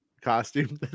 costume